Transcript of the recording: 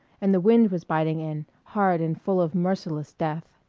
and the wind was biting in, hard and full of merciless death.